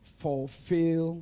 fulfill